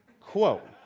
Quote